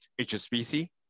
HSBC